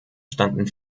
standen